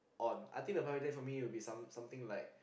on I think the perfect date for me would be some something like